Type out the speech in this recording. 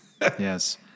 Yes